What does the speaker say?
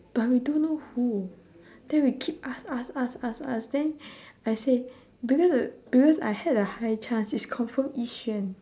but we don't know who then we keep ask ask ask ask ask then I said because because I had a high chance it's confirm yi-xuan